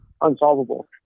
unsolvable